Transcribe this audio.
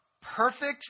perfect